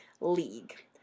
League